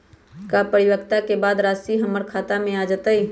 का परिपक्वता के बाद राशि हमर खाता में आ जतई?